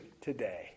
today